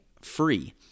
free